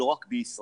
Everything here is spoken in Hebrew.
לא רק בישראל,